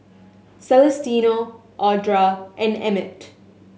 Celestino Audra and Emmitt